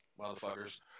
motherfuckers